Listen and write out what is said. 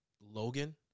Logan